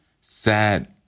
sad